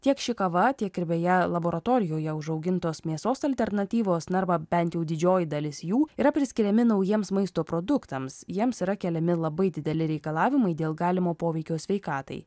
tiek ši kava tiek ir beje laboratorijoje užaugintos mėsos alternatyvos na arba bent jau didžioji dalis jų yra priskiriami naujiems maisto produktams jiems yra keliami labai dideli reikalavimai dėl galimo poveikio sveikatai